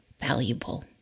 valuable